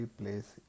place